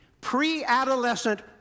Pre-adolescent